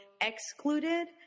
excluded